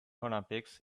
olympics